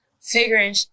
figuring